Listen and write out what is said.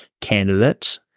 candidate